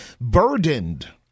burdened